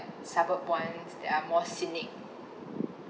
suburb ones that are more scenic